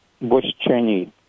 Bush-Cheney